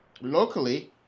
locally